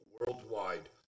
worldwide